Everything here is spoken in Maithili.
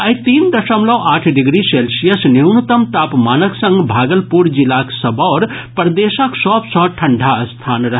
आइ तीन दशमलव आठ डिग्री सेल्सियस न्यूनतम तापमानक संग भागलपुर जिलाक सबौर प्रदेशक सभ सँ ठंढा स्थान रहल